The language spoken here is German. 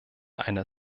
einer